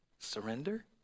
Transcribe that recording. Surrender